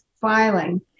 filing